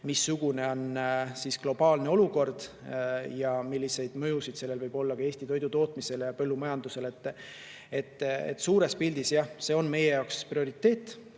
missugune on globaalne olukord ja milline mõju sellel võib olla Eesti toidutootmisele ja põllumajandusele. Suures pildis, jah, see on meie jaoks prioriteet,